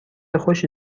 خوشی